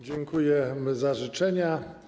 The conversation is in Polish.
Dziękujemy za życzenia.